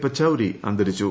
പച്ചൌരി അന്തരിച്ചു